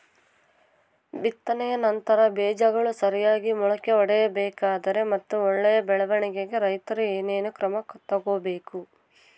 ಬಿತ್ತನೆಯ ನಂತರ ಬೇಜಗಳು ಸರಿಯಾಗಿ ಮೊಳಕೆ ಒಡಿಬೇಕಾದರೆ ಮತ್ತು ಒಳ್ಳೆಯ ಬೆಳವಣಿಗೆಗೆ ರೈತರು ಏನೇನು ಕ್ರಮ ತಗೋಬೇಕು?